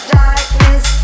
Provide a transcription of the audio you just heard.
darkness